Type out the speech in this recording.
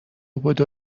بدو